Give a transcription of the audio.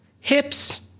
hips